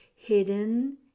hidden